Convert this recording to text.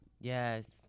Yes